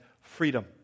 freedom